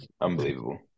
unbelievable